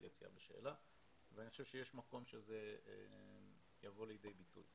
יציאה בשאלה ואני חושב שיש מקום שזה יבוא לידי ביטוי.